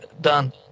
done